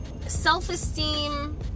self-esteem